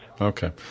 Okay